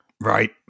Right